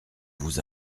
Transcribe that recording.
vous